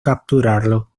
capturarlo